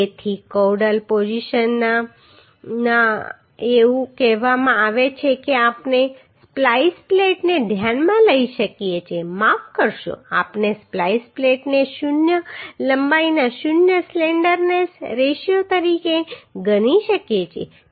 તેથી કૌડલ પોઝિશનમાં એવું કહેવામાં આવે છે કે આપણે સ્પ્લાઈસ પ્લેટને ધ્યાનમાં લઈ શકીએ છીએ માફ કરશો આપણે સ્પ્લાઈસ પ્લેટને શૂન્ય લંબાઈના શૂન્ય સ્લેન્ડરનેસ રેશિયો તરીકે ગણી શકીએ છીએ